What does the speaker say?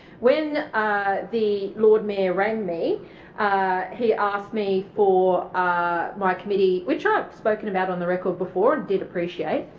when ah the lord mayor rang me he asked me for ah my committee which i had spoken about on the record before and did appreciate